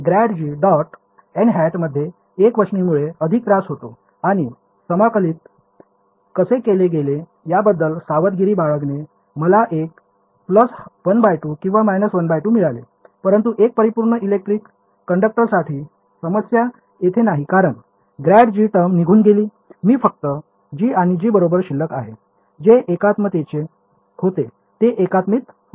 ∇g · nˆ मध्ये एकवचनीमुळे अधिक त्रास होतो आणि समाकलित कसे केले गेले याबद्दल सावधगिरी बाळगणे मला एक 12 किंवा 12 मिळाले परंतु एक परिपूर्ण इलेक्ट्रिक कंडक्टरसाठी समस्या तेथे नाही कारण ∇g टर्म निघून गेली मी फक्त g आणि g बरोबर शिल्लक आहे जे एकात्मतेचे होते जे एकात्मिक होते